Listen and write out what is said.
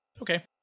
Okay